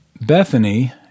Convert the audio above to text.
Bethany